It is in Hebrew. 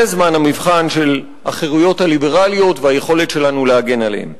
זה זמן המבחן של החירויות הליברליות והיכולת שלנו להגן עליהן.